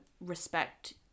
respect